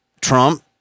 Trump